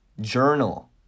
Journal